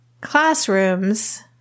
classrooms